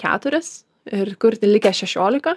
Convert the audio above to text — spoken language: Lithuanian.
keturis ir kur tie likę šešiolika